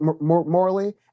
morally